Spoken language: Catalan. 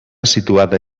situada